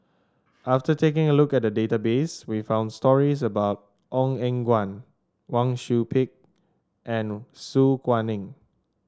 after taking a look at the database we found stories about Ong Eng Guan Wang Sui Pick and Su Guaning